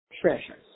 treasures